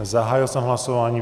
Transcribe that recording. Zahájil jsem hlasování.